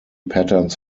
patterns